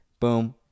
Boom